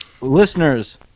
Listeners